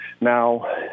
Now